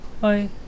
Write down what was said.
bye